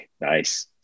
Nice